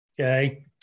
Okay